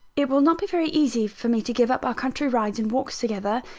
it will not be very easy for me to give up our country rides and walks together,